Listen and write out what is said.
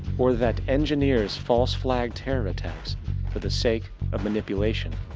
or that engineers false-flag terror attacks for the sake of manipulation?